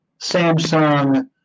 Samsung